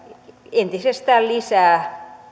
entisestään lisää